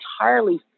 entirely